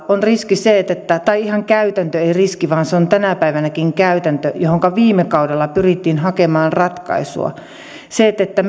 on riski tai ihan käytäntö ei riski vaan se on tänä päivänäkin käytäntö johonka viime kaudella pyrittiin hakemaan ratkaisua se että